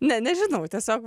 ne nežinau tiesiog vat